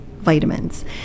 vitamins